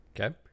Okay